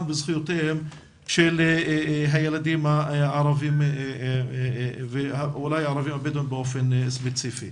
וזכויותיהם של הילדים הערבים ואולי הערבים-בדואים באופן ספציפי.